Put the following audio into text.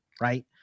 Right